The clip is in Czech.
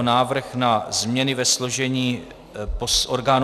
Návrh na změny ve složení orgánů